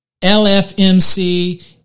lfmc